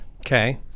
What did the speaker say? Okay